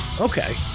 Okay